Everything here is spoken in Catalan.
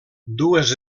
dues